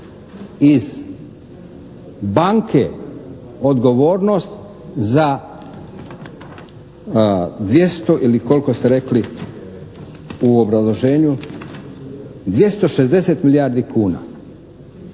iz banke odgovornost za 200 ili koliko ste rekli u obrazloženju, 260 milijardi kuna.